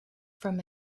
from